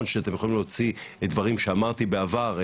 שאתם יכולים להוציא דברים שאמרתי בעבר,